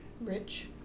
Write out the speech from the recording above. Rich